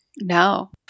No